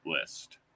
list